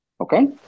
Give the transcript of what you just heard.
Okay